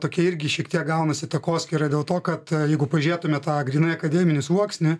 tokia irgi šiek tiek gaunasi takoskyra dėl to kad jeigu pažiūrėtume tą grynai akademinį sluoksnį